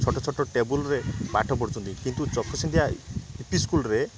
ଛୋଟ ଛୋଟ ଟେବୁଲ୍ରେ ପାଠ ପଢ଼ୁଛନ୍ତି କିନ୍ତୁ ଚକସିନ୍ଦିଆ ୟୁପି ସ୍କୁଲ୍ରେ